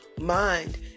mind